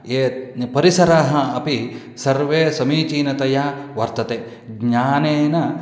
ये परिसरः अपि सर्वे समीचीनतया वर्तते ज्ञानेन